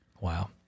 Wow